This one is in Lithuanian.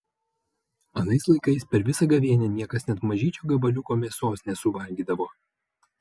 anais laikais per visą gavėnią niekas net mažyčio gabaliuko mėsos nesuvalgydavo